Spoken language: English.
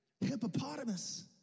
Hippopotamus